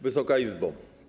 Wysoka Izbo!